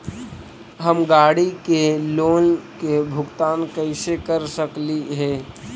हम गाड़ी के लोन के भुगतान कैसे कर सकली हे?